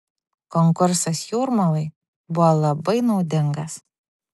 konkursas jūrmalai buvo labai naudingas